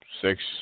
six